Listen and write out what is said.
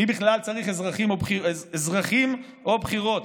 מי בכלל צריך אזרחים או בחירות?